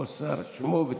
כל שר, שמו ותפקידו.